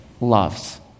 loves